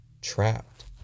trapped